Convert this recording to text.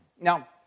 Now